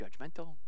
judgmental